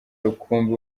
rukumbi